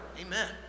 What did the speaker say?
Amen